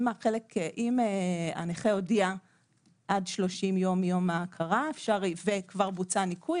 אם הנכה הודיע עד 30 יום מיום ההכרה וכבר בוצע הניכוי,